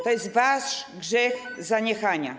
To jest wasz grzech zaniechania.